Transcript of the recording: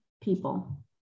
people